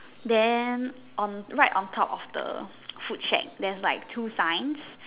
then on right on top of the food shack there's like two signs